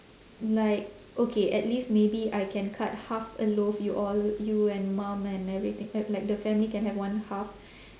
like okay at least maybe I can cut half a loaf you all you and mum and everything uh like the family can have one half